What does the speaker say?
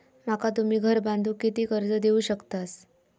माका तुम्ही घर बांधूक किती कर्ज देवू शकतास?